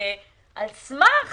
על סמך